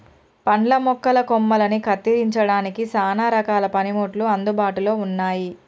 పండ్ల మొక్కల కొమ్మలని కత్తిరించడానికి సానా రకాల పనిముట్లు అందుబాటులో ఉన్నాయి